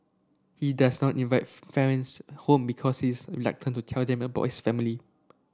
he does not home because he is reluctant to tell them about his family